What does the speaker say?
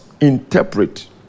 interpret